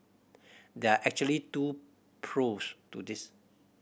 there are actually two pros to this